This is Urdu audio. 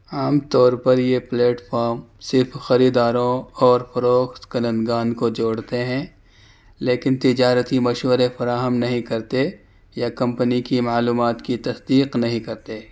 عام طور پر یہ پلیٹ فام صرف خریداروں اور فروخت کنندگان کو جوڑتے ہیں لیکن تجارتی مشورے فراہم نہیں کرتے یا کمپنی کی معلومات کی تصدیق نہیں کرتے